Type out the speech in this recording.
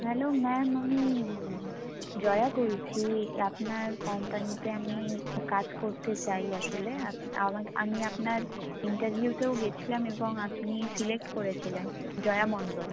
hello ma'am আমি জয়া বলছি আপনার কোম্পানিতে আমি কাজ করতে চাই আসলে আমার আমি আপনার ইন্টারভিউতেও গেছিলাম এবং আপনি সিলেক্ট করেছিলেন জয়া মন্ডল